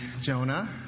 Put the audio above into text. Jonah